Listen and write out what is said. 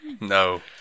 No